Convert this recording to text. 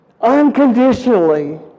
unconditionally